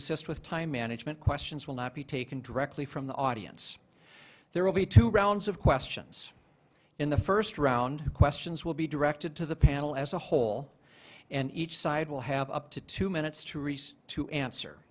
assist with time management questions will not be taken directly from the audience there will be two rounds of questions in the first round questions will be directed to the panel as a whole and each side will have up to two minutes to respond to answer